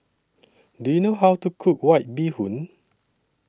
Do YOU know How to Cook White Bee Hoon